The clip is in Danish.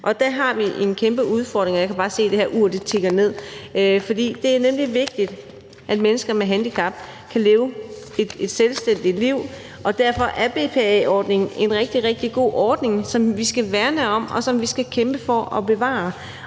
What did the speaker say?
Og der har vi en kæmpe udfordring – jeg kan se, at det her ur foran mig tikker ned – for det er nemlig vigtigt, at mennesker med handicap kan leve et selvstændigt liv, og derfor er BPA-ordningen en rigtig, rigtig god ordning, som vi skal værne om, og som vi skal kæmpe for at bevare,